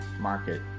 market